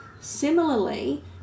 Similarly